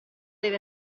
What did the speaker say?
deve